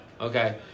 Okay